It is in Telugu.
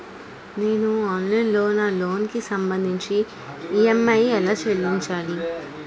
నేను ఆన్లైన్ లో నా లోన్ కి సంభందించి ఈ.ఎం.ఐ ఎలా చెల్లించాలి?